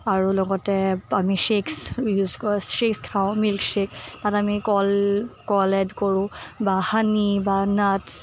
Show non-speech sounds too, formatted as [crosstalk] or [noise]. আৰু লগতে আমি ছেইক্স [unintelligible] ছেইক্স খাওঁ মিল্ক ছেইক তাত আমি কল কল এড কৰোঁ বা হানি বা নাতছ